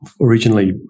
originally